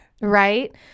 right